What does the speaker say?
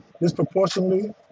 disproportionately